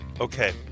Okay